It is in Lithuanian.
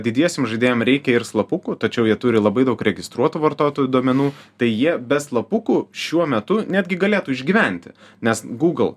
didiesiem žaidėjam reikia ir slapukų tačiau jie turi labai daug registruotų vartotojų duomenų tai jie be slapukų šiuo metu netgi galėtų išgyventi nes gūgl